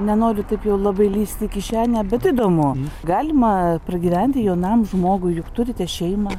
nenoriu taip jau labai lįsti į kišenę bet įdomu galima pragyventi jaunam žmogui juk turite šeimą